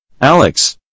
Alex